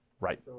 Right